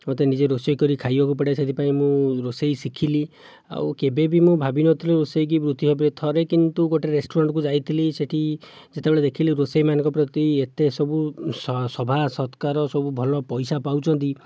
ମୋତେ ନିଜ ରୋଷେଇ କରି ଖାଇବାକୁ ପଡ଼େ ସେ'ଥିପାଇଁ ମୁଁ ରୋଷେଇ ଶିଖିଲି ଆଉ କେବେ ବି ମୁଁ ଭାବିନଥିଲି ରୋଷେଇକି ବୃତ୍ତି ଭାବରେ ଥରେ କିନ୍ତୁ ଗୋଟେ ରେଷ୍ଟୁରାଣ୍ଟକୁ ଯାଇଥିଲି ସେ'ଠି ଯେତେବେଳେ ଦେଖିଲି ରୋଷେଇ ମାନଙ୍କ ପ୍ରତି ଏତେ ସବୁ ସଭା ସତ୍କାର ସବୁ ଭଲ ପଇସା ପାଉଛନ୍ତି